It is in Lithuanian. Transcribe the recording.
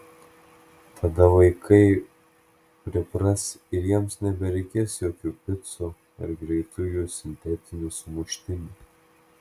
tada vaikai pripras ir jiems nebereikės jokių picų ar greitųjų sintetinių sumuštinių